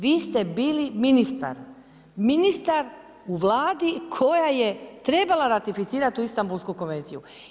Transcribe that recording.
Vi ste bili ministar, ministar u Vladi koja je trebala ratificirati tu Istanbulsku konvenciju.